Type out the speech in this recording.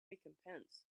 recompense